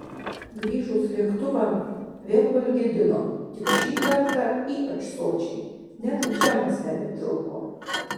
grįžus lėktuvan vėl valgydino tik šį kartą ypač sočiai net džemas nebetilpo